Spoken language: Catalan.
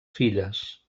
filles